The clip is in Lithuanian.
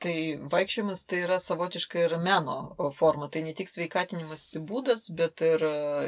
tai vaikščiojimas tai yra savotiška ir meno o forma tai ne tik sveikatinimosi būdas bet ir